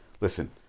Listen